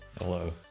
Hello